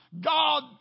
God